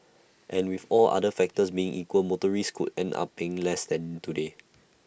and with all other factors being equal motorists could end up paying less than today